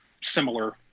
similar